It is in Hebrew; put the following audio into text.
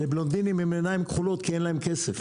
לבלונדינים עם עיניים כחולות כי אין להם כסף,